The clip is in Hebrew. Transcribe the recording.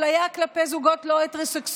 אפליה כלפי זוגות לא הטרוסקסואליים,